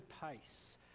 pace